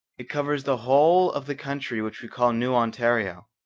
it covers the whole of the country which we call new ontario,